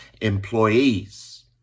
employees